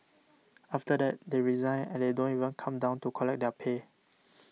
after that they resign and they don't even come down to collect their pay